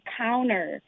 counter